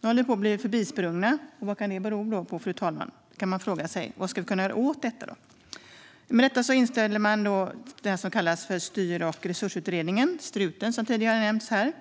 Nu håller vi på att bli förbisprungna, och man kan fråga sig vad det kan bero på, fru talman. Vad ska vi kunna göra åt detta? För att titta på detta har man inrättat den så kallade Styr och resursutredningen, Struten, som tidigare har nämnts här.